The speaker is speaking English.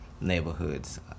neighborhoods